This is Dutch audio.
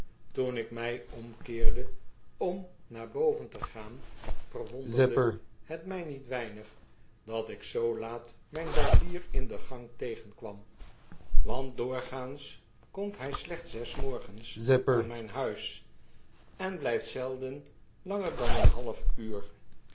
toen ik mij omkeerde'om naar boven te gaan verwonderde het mij niet weinig dat ik zoo laat mijn barbierindegangtegenkwam wantdoorgaans komt hij slechts des morgens aan mijn huis en blijft zelden langer dan een half uur